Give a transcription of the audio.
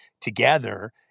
together